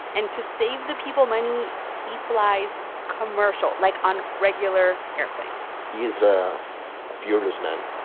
and to save the people money, he flies commercial, like on regular airplanes he is a fearless man.